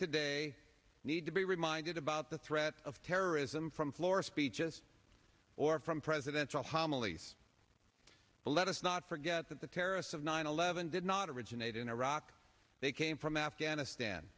today need to be reminded about the threat of terrorism from floor speeches or from presidents a homily let us not forget that the terrorists of nine eleven did not originate in iraq they came from afghanistan